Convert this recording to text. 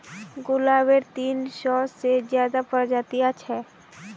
गुलाबेर तीन सौ से ज्यादा प्रजातियां छेक